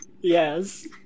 Yes